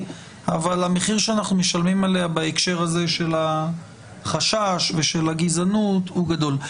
אבל המחיר שאנחנו משלמים עליה בהקשר של החשש ושל הגזענות הוא גדול.